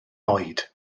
oed